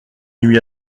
nuit